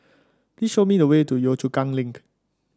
please show me the way to Yio Chu Kang Link